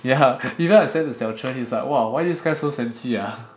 yeah you know I send to Xiao Zhen he's like why this guy so sensy ah